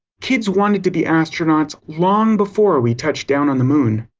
kids wanted to be astronauts long before we touched down on the moon.